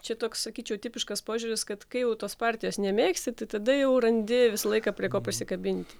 čia toks sakyčiau tipiškas požiūris kad kai jau tos partijos nemėgsti tai tada jau randi visą laiką prie ko prisikabint